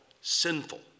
sinful